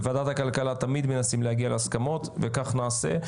בוועדת הכלכלה תמיד מנסים להגיע להסכמות וכך נעשה.